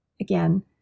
again